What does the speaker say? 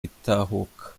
itahuka